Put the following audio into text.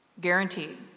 Guaranteed